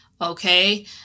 okay